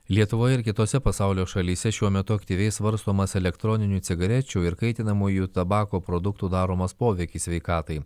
lietuvoje ir kitose pasaulio šalyse šiuo metu aktyviai svarstomas elektroninių cigarečių ir kaitinamųjų tabako produktų daromas poveikis sveikatai